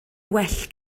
well